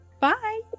Bye